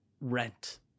rent